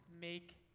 make